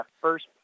first